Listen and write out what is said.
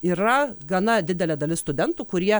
yra gana didelė dalis studentų kurie